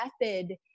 method